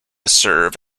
serve